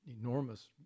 enormous